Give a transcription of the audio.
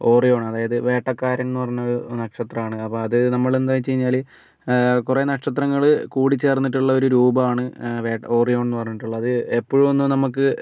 Orion അതായത് വേട്ടക്കാരൻ എന്ന് പറഞ്ഞൊരു നക്ഷത്രമാണ് അപ്പോൾ അത് നമ്മളെന്താന്ന് വെച്ചു കഴിഞ്ഞാല് കുറെ നക്ഷത്രങ്ങള് കൂടിച്ചേർന്നിട്ടുള്ളൊരു രൂപമാണ് വേട്ട ഓറിയോൺ എന്ന് പറഞ്ഞിട്ടുള്ളത് എപ്പോഴൊന്നും നമുക്ക്